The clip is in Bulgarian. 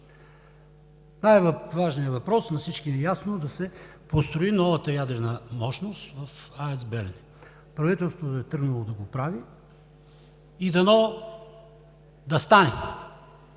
Най-важният въпрос, на всички ни е ясно, е да се построи новата ядрена мощност в АЕЦ „Белене“. Правителството е тръгнало да го прави, и дано да стане,